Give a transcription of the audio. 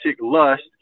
lust